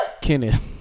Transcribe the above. Kenneth